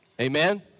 Amen